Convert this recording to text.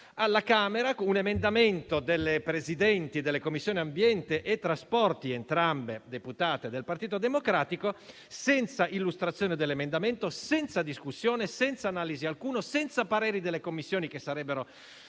alla Camera, con un emendamento delle Presidenti delle Commissioni ambiente e trasporti, entrambe deputate del Partito Democratico, senza illustrazione dell'emendamento, senza discussione, senza analisi alcuna e senza i pareri delle Commissioni che sarebbero